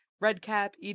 RedCap